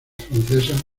francesas